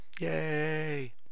Yay